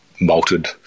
malted